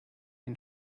den